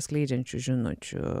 skleidžiančių žinučių